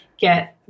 get